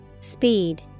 Speed